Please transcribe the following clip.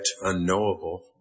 unknowable